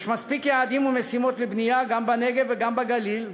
יש מספיק יעדים ומשימות לבנייה גם בנגב וגם בגליל.